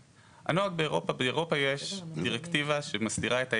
באירופה יש דירקטיבה שמסדירה את ה-API.